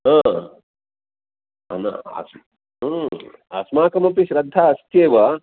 हा न आसीत् अस्माकमपि श्रद्धा अस्त्येव